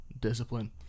discipline